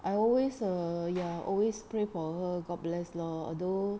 I always err ya always pray for her god bless lor although